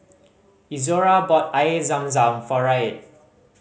Izora bought Air Zam Zam for Reid